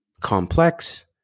complex